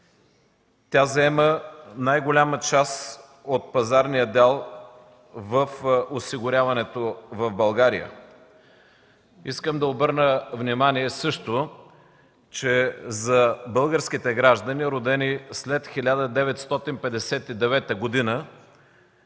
Тя заема най-голяма част от пазарния дял в осигуряването в България. Искам да обърна внимание също, че за българските граждани, родени след 1959 г.,